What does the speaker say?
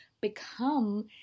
become